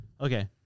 okay